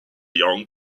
young